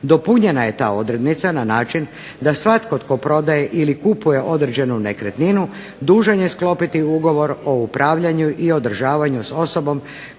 dopunjena je ta odrednica na način da svatko tko prodaje ili kupuje određenu nekretninu dužan je sklopiti ugovor o upravljanju i održavanju s osobom